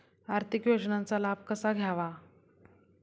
आर्थिक योजनांचा लाभ कसा घ्यावा?